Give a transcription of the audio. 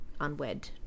unwed